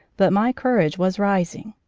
but my courage was rising.